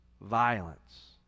violence